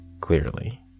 Clearly